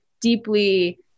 deeply